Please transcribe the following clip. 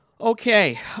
Okay